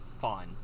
fun